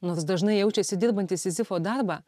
nors dažnai jaučiasi dirbanti sizifo darbą